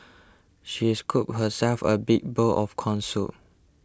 she scooped herself a big bowl of Corn Soup